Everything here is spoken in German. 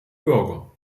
bürger